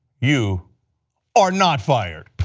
you are not fired.